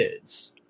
kids